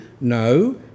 No